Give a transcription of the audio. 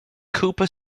cooper